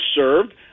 served